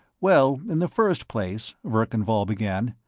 well, in the first place, verkan vall began,